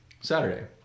Saturday